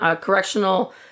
correctional